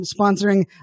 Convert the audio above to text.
sponsoring